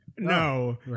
No